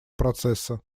процесса